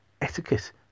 etiquette